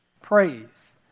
praise